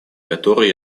который